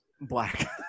black